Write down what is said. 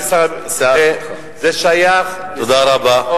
זה שייך לשר הביטחון, תודה רבה.